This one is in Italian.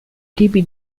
tipi